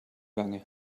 wange